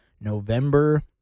November